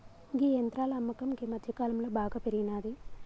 గీ యంత్రాల అమ్మకం గీ మధ్యకాలంలో బాగా పెరిగినాది